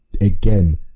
again